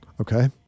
Okay